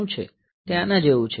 તે આના જેવું છે